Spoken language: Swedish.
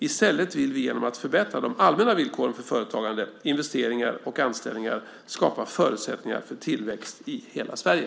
I stället vill vi genom att förbättra de allmänna villkoren för företagande, investeringar och anställningar skapa förutsättningar för tillväxt i hela Sverige.